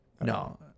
No